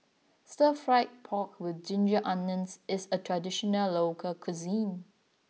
Stir Fried Pork with Ginger Onions is a traditional local cuisine